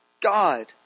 God